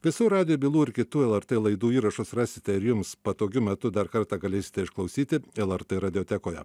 visų radijo bylų ir kitų lrt laidų įrašus rasite jums patogiu metu dar kartą galėsite išklausyti lrt radiotekoje